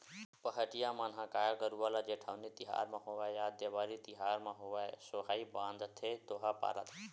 पहाटिया मन ह गाय गरुवा ल जेठउनी तिहार म होवय या देवारी तिहार म होवय सोहई बांधथे दोहा पारत